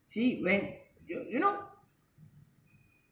see when you you know